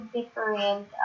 different